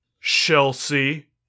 Chelsea